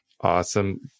Awesome